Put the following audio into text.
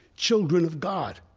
children of god.